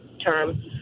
term